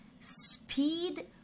speed